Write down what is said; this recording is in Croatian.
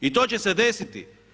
I to će se desiti.